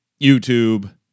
YouTube